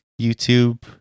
YouTube